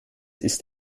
ist